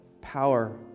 power